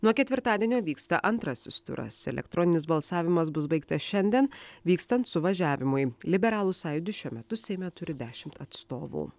nuo ketvirtadienio vyksta antrasis turas elektroninis balsavimas bus baigtas šiandien vykstant suvažiavimui liberalų sąjūdis šiuo metu seime turi dešimt atstovų